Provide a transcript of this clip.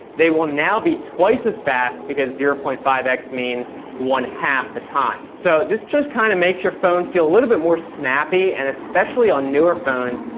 they will now be twice as fast, because the point five x means one-half the time. so this just kind of makes your phone feel a little bit more snappy, and especially on newer phones,